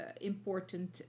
important